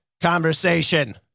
conversation